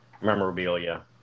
memorabilia